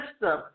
system